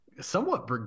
somewhat